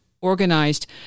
organized